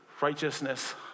righteousness